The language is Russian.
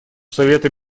совета